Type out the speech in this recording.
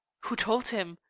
who told him?